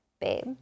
babe